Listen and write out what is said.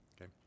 Okay